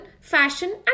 fashion